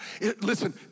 listen